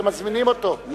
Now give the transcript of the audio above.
כשהם מזמינים אותו,